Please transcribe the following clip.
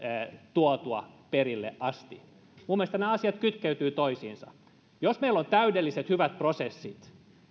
tuotua perille asti minun mielestäni nämä asiat kytkeytyvät toisiinsa jos meillä on täydelliset hyvät prosessit